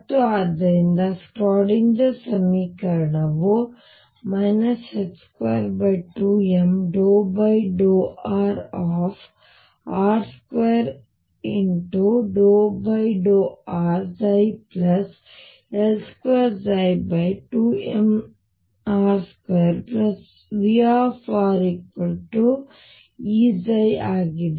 ಮತ್ತು ಆದ್ದರಿಂದ ಸ್ಕ್ರಾಡಿಂಜರ್ ಸಮೀಕರಣವು 22m∂r r2∂rL22mr2VrEψ ಆಗಿದೆ